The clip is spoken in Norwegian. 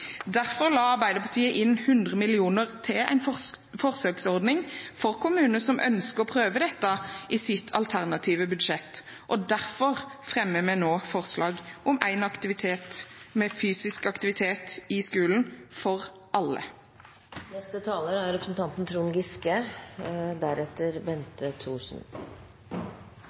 Derfor la Arbeiderpartiet inn 100 mill. kr i sitt alternative budsjett til en forsøksordning for kommuner som ønsker å prøve dette, og derfor fremmer vi nå forslag om én times fysisk aktivitet i skolen for alle.